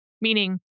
meaning